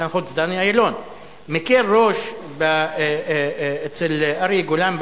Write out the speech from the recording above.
סגן שר החוץ דני אילון מקל ראש אצל אריה גולן,